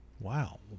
Wow